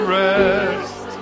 rest